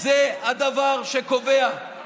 הם הצביעו יחד איתי.